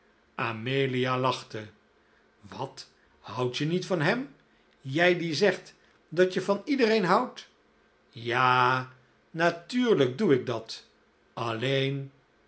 amelia lachte wat houd je niet van hem jij die zegt dat je van iedereen houdt ja natuurlijk doe ik dat alleen